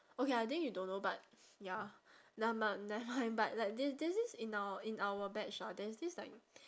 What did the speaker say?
okay I think you don't know but ya neverm~ nevermind but like there there's this in our in our batch ah there's this like